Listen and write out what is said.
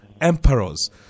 emperors